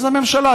אז הממשלה,